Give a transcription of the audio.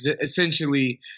essentially